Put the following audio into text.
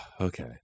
Okay